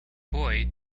boy